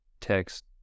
text